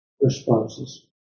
responses